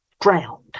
drowned